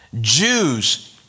Jews